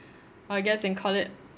I guess you can call it